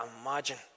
imagine